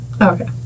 Okay